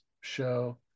show